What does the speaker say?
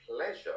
pleasure